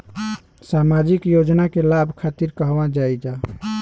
सामाजिक योजना के लाभ खातिर कहवा जाई जा?